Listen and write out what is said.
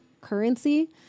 currency